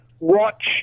watch